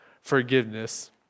forgiveness